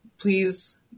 please